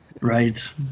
right